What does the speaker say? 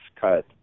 cut